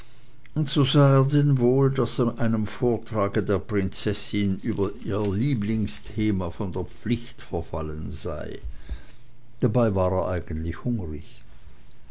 denn wohl daß er einem vortrage der prinzessin über ihr lieblingsthema von der pflicht verfallen sei dabei war er eigentlich hungrig